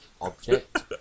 object